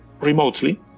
remotely